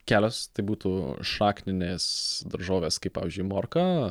kelios tai būtų šakninės daržovės kaip pavyzdžiui morka